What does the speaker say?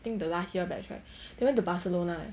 I think the last year batch right they went to barcelona leh